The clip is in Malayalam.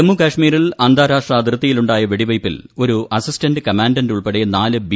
ജമ്മു കാശ്മീരിൽ അന്താരാഷ്ട്ര അതിർത്തിയിൽ ന് ഉണ്ടായ വെടിവയ്പിൽ ഒരു അസിസ്റ്റന്റ് കമാൻഡന്റ് ഉൾപ്പെടെ നാല് ബി